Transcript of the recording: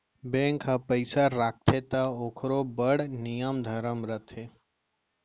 bank ह पइसा राखथे त ओकरो बड़ नियम धरम रथे